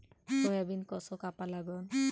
Soybean कस कापा लागन?